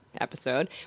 episode